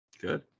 good